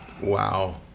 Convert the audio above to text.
wow